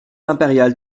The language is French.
imperial